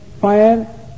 fire